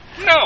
no